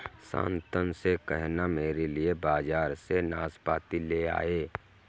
शांतनु से कहना मेरे लिए बाजार से नाशपाती ले आए